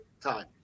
time